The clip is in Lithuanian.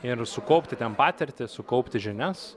ir sukaupti ten patirtį sukaupti žinias